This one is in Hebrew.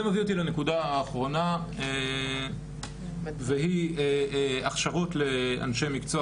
זה מביא אותי לנקודה האחרונה והיא הכשרות לאנשי מקצוע